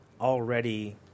already